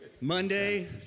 Monday